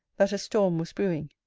that a storm was brewing.